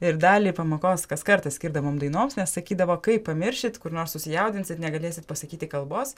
ir dalį pamokos kas kartą skirdavom dainoms nes sakydavo kai pamiršit kur nors susijaudinsit negalėsit pasakyti kalbos